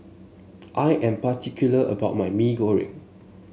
I am particular about my Maggi Goreng